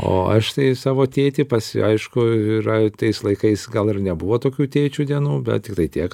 o aš tai savo tėtį pas jį aišku yra tais laikais gal ir nebuvo tokių tėčių dienų bet tiktai tiek